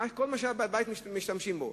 כל מה שמשתמשים בבית,